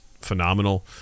phenomenal